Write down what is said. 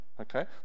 okay